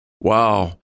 wow